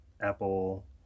Apple